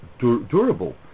durable